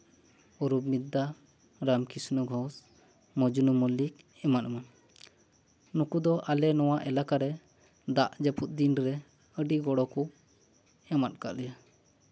ᱚᱨᱩᱯ ᱵᱤᱫᱽᱫᱟ ᱨᱟᱢᱠᱨᱤᱥᱱᱚ ᱜᱷᱳᱥ ᱢᱚᱡᱽᱱᱩ ᱢᱚᱞᱞᱤᱠ ᱮᱢᱟᱱ ᱮᱢᱟᱱ ᱱᱩᱠᱩ ᱫᱚ ᱟᱞᱮ ᱱᱚᱣᱟ ᱮᱞᱟᱠᱟᱨᱮ ᱫᱟᱜ ᱡᱟᱹᱯᱩᱫ ᱫᱤᱱᱨᱮ ᱟᱹᱰᱤ ᱜᱚᱲᱚ ᱠᱚ ᱮᱢᱟᱜ ᱠᱟᱜ ᱞᱮᱭᱟ